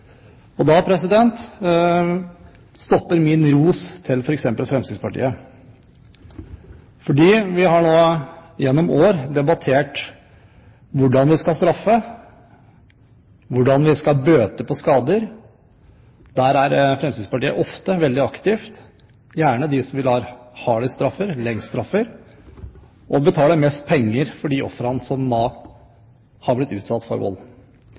parti. Da stopper min ros, til f.eks. Fremskrittspartiet. Vi har nå gjennom år debattert hvordan vi skal straffe, hvordan vi skal bøte på skader. Der er Fremskrittspartiet ofte veldig aktivt, og gjerne av dem som vil ha de hardeste og lengste straffene og betale mest penger til de ofrene som har blitt utsatt for vold.